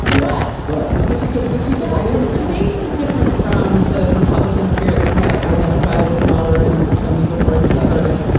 yeah but but but this is so but this is the dynamic the base is different from the republican spirit that we identify with mueller and comey before he gotten it.